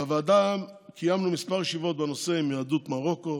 בוועדה קיימנו כמה ישיבות בנושא עם יהדות מרוקו,